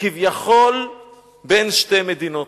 כביכול בין שתי מדינות.